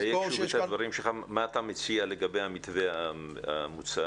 מה אתה מציע לגבי המתווה המוצע?